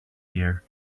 here